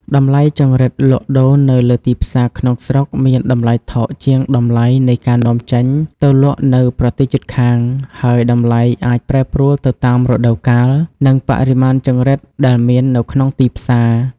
តម្លៃចង្រិតលក់ដូរនៅលើទីផ្សារក្នុងស្រុកមានតម្លៃថោកជាងតម្លៃនៃការនាំចេញទៅលក់នៅប្រទេសជិតខាង ហើយតម្លៃអាចប្រែប្រួលទៅតាមរដូវកាល និងបរិមាណចង្រិតដែលមាននៅក្នុងទីផ្សារ។